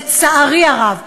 לצערי הרב,